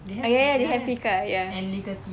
oh ya ya they have fika ya